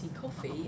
coffee